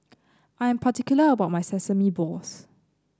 I'm particular about my Sesame Balls